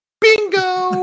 Bingo